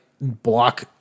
block